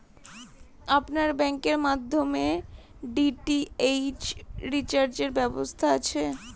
আপনার ব্যাংকের মাধ্যমে ডি.টি.এইচ রিচার্জের ব্যবস্থা আছে?